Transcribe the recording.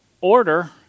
order